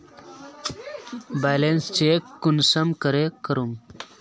Balance check कुंसम करे करूम?